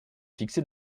fixée